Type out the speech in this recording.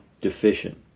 Deficient